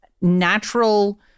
natural –